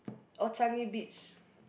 or Changi-Beach